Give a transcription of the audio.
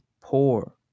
poor